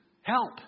help